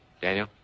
Daniel